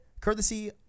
Courtesy